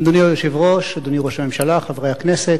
אדוני היושב-ראש, אדוני ראש הממשלה, חברי הכנסת,